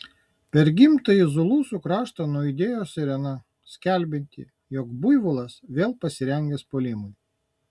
per gimtąjį zulusų kraštą nuaidėjo sirena skelbianti jog buivolas vėl pasirengęs puolimui